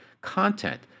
content